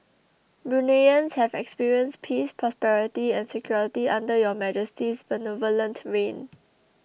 Bruneians have experienced peace prosperity and security under Your Majesty's benevolent reign